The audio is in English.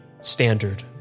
standard